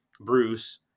Bruce